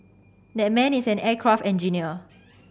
that man is an aircraft engineer